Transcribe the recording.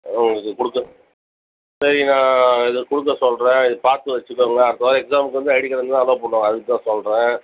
ம் இது கொடுக்க சரி நான் இது கொடுக்க சொல்கிறேன் இது பார்த்து வைச்சிக்கோங்க அடுத்த வாரம் எக்ஸாமுக்கு வந்து ஐடி கார்டு இருந்தால் தான் அலோ பண்ணுவாங்க அதுக்கு தான் சொல்கிறேன்